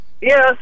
Yes